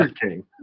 King